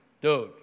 Dude